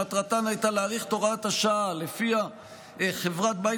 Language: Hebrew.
שמטרתן הייתה להאריך את הוראת השעה שלפיה חברת בית